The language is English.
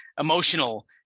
emotional